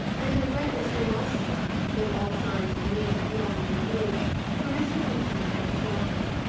and in a breakfast-room also though all signs of the meal had long been removed were mr. huntley and his daughter.